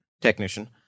technician